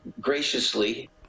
graciously